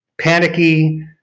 panicky